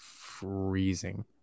freezing